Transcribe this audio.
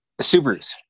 Subarus